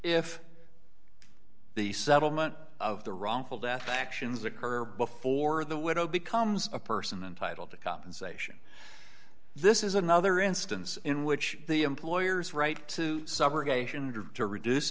if the settlement of the wrongful death actions occur before the widow becomes a person entitle to compensation this is another instance in which the employer's right to